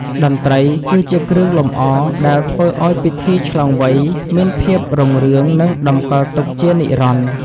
តន្ត្រីគឺជាគ្រឿងលម្អដែលធ្វើឱ្យពិធីឆ្លងវ័យ មានភាពរុងរឿង និងតម្កល់ទុកជានិរន្តរ៍។